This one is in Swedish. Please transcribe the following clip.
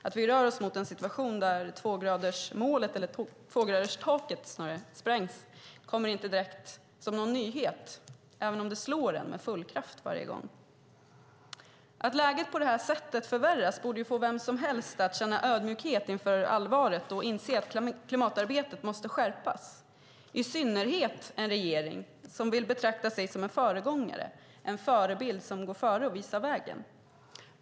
Att vi rör oss mot en situation där tvågraderstaket sprängs kommer inte direkt som någon nyhet, även om det slår en med full kraft varje gång. Att läget förvärras på det här sättet borde få vem som helst att känna ödmjukhet inför allvaret och inse att klimatarbetet måste skärpas. Det gäller i synnerhet en regering som vill betrakta sig som en föregångare, en förebild som går före och visar vägen.